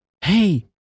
Hey